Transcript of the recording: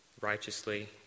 righteously